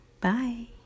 Bye